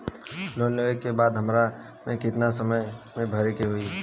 Loan लेवे के बाद हमरा के कितना समय मे भरे के होई?